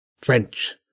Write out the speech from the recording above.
French